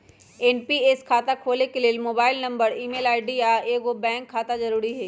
NPS खता खोले के लेल मोबाइल नंबर, ईमेल आई.डी, आऽ एगो बैंक खता जरुरी हइ